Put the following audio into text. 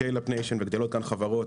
סקיילאפ-ניישן וגדלות כאן חברות